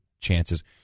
chances